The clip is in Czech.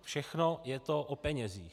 Všechno je to o penězích.